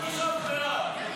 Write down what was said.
שר תקשורת מעלי